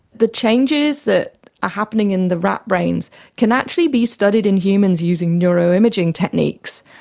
the changes that are happening in the rat brains can actually be studied in humans using neuroimaging techniques.